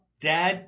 dad